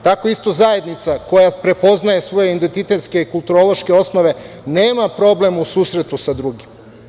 Tako isto i zajednica, koja prepoznaje svoje identitetske kulturološke osnove, nema problem u susretu sa drugima.